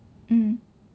mm